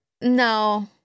No